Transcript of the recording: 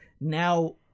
now